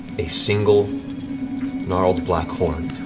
a single gnarled black horn.